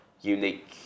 unique